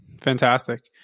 Fantastic